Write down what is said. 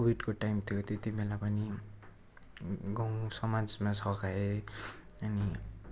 कोभिडको टाइम थियो त्यति बेला पनि गाउँ समाजमा सघाएँ अनि